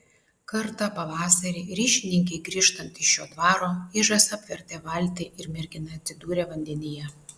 kartą pavasarį ryšininkei grįžtant iš šio dvaro ižas apvertė valtį ir mergina atsidūrė vandenyje